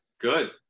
good